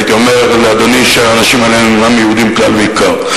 הייתי אומר לאדוני שהאנשים האלה אינם יהודים כלל ועיקר.